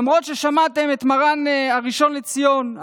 למרות ששמעתם את מרן הראשון לציון,